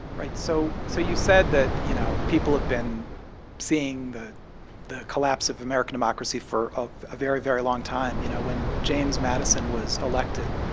right. so so you said that, you know, people have been seeing the the collapse of american democracy for a ah very, very long time. you know, when james madison was elected,